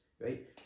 Right